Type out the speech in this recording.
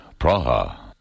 Praha